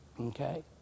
Okay